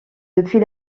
depuis